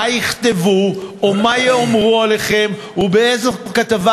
מה יכתבו או מה יאמרו עליכם ובאיזה כתבה